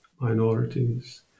minorities